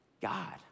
God